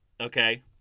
Okay